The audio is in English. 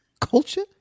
culture